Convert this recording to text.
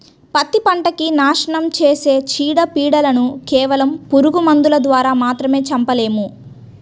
పత్తి పంటకి నాశనం చేసే చీడ, పీడలను కేవలం పురుగు మందుల ద్వారా మాత్రమే చంపలేము